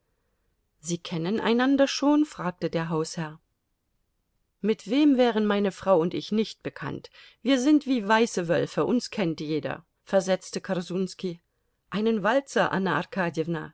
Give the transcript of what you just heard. sie kennen einander schon fragte der hausherr mit wem wären meine frau und ich nicht bekannt wir sind wie weiße wölfe uns kennt jeder versetzte korsunski einen walzer anna